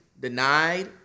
denied